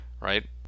right